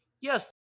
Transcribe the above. Yes